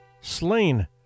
slain